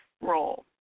role